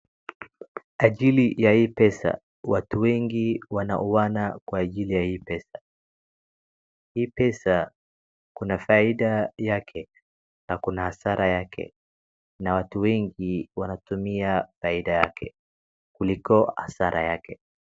ajili ya hii pesa, watu wengi wanauana kwa ajili ya hii pesa. Hii pesa, kuna faida yake na kuna hasara yake. Na watu wengi wanatumia faida yake kuliko hasara yake.